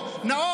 שלכם.